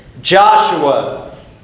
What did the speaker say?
Joshua